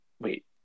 wait